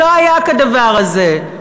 לא היה כדבר הזה.